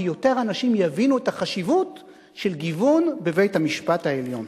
כי יותר אנשים יבינו את החשיבות של גיוון בבית-המשפט העליון.